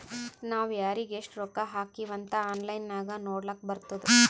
ನಾವ್ ಯಾರಿಗ್ ಎಷ್ಟ ರೊಕ್ಕಾ ಹಾಕಿವ್ ಅಂತ್ ಆನ್ಲೈನ್ ನಾಗ್ ನೋಡ್ಲಕ್ ಬರ್ತುದ್